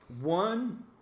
one –